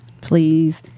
Please